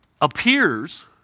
appears